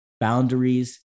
boundaries